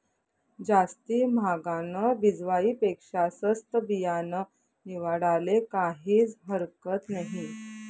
जास्ती म्हागानं बिजवाई पेक्शा सस्तं बियानं निवाडाले काहीज हरकत नही